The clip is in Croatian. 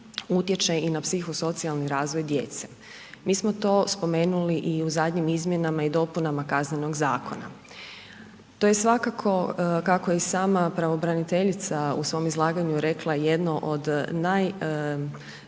utječe i na psiho-socijalni razvoj djece, mi smo to spomenuli i u zadnjim izmjenama i dopunama KZ-a. To je svakako kako je i sama pravobraniteljica u svom izlaganju rekla, jedno od najvećih